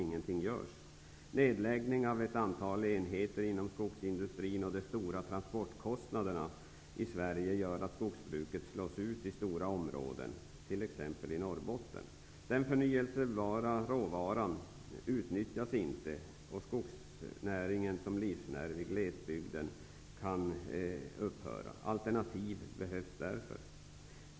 Nedläggningen av ett antal enheter inom skogsindustrin och de stora transportkostnaderna i Sverige gör att skogsbruket slås ut i stora områden t.ex. i Norrbotten. Den förnybara råvaran utnyttjas inte, och skogsnäringen som livsnerv i glesbygden upphör. Det behövs därför alternativ.